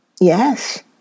Yes